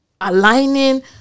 aligning